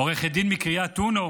עורכת דין מקריית אונו